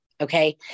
Okay